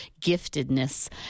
giftedness